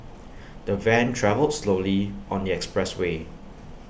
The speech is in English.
the van travelled slowly on the expressway